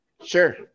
Sure